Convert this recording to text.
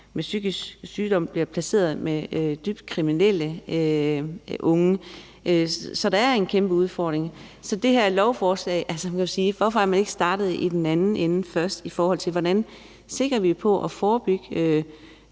har psykisk sygdom, bliver placeret sammen med dybt kriminelle unge, så der er en kæmpe udfordring. Til det her lovforslag kan man jo sige: Hvorfor er man ikke startet i den anden ende først, i forhold til hvordan vi sigter på at forebygge